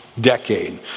Decade